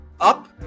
up